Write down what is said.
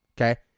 Okay